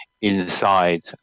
inside